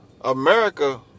America